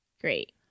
Great